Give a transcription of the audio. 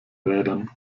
rädern